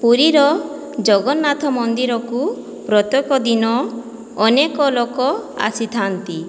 ପୁରୀର ଜଗନ୍ନାଥ ମନ୍ଦିରକୁ ପ୍ରତ୍ୟେକ ଦିନ ଅନେକ ଲୋକ ଆସିଥା'ନ୍ତି